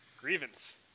grievance